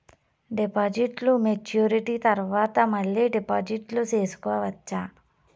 డిపాజిట్లు మెచ్యూరిటీ తర్వాత మళ్ళీ డిపాజిట్లు సేసుకోవచ్చా?